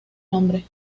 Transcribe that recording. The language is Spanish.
nombre